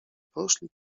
poszli